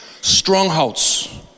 strongholds